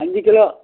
அஞ்சு கிலோ